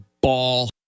ball